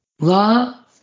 love